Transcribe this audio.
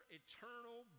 eternal